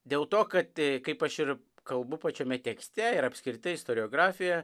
dėl to kad kaip aš ir kalbu pačiame tekste ir apskritai istoriografijoje